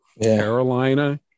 Carolina